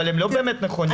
אבל הם לא באמת נכונים.